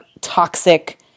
toxic